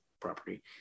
property